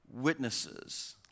witnesses